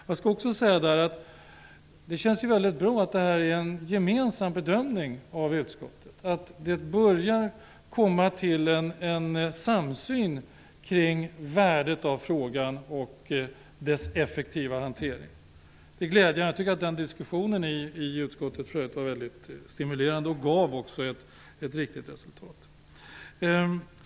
Jag skall också säga att det känns mycket bra att detta är en gemensam bedömning av utskottet, att det börjar bli en samsyn kring värdet av frågan och dess effektiva hantering. Det är glädjande. Jag tycker att den diskussionen i utskottet var mycket stimulerande. Den gav också ett riktigt resultat.